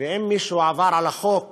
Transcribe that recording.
ואם מישהו עבר על החוק